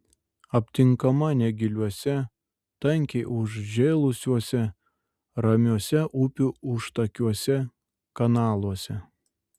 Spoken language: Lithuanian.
aptinkama negiliuose tankiai užžėlusiuose ramiuose upių užtakiuose kanaluose